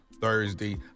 Thursday